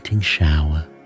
Shower